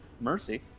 Mercy